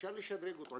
אפשר לשדרג אותו.